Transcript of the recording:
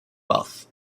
wealth